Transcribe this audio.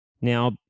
Now